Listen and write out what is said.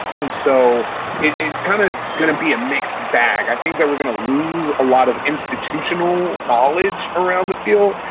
and so it's kind of going to be a mixed bag. i think that we're going to lose a lot of institutional knowledge around the field.